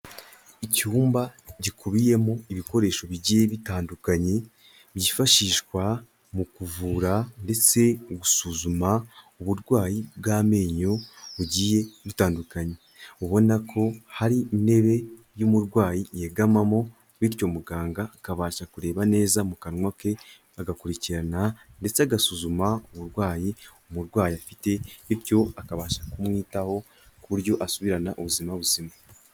Icyumba gikubiyemo ibikoresho bigiye bitandukanye byifashishwa mu kuvura ndetse gusuzuma uburwayi bw'amenyo bugiye bitandukanye. Ubona ko hari intebe y'umurwayi yegamamo bityo muganga akabasha kureba neza mu kanwa ke agakurikirana ndetse agasuzuma uburwayi umurwayi afite, bityo akabasha kumwitaho ku buryo asubirana ubuzima buzima.